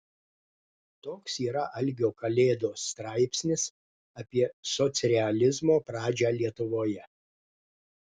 toks yra algio kalėdos straipsnis apie socrealizmo pradžią lietuvoje